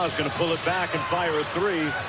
gonna pull it back and fire a three.